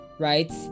right